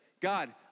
God